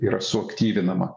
yra suaktyvinama